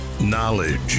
Knowledge